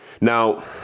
Now